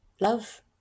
love